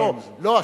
אבל לא,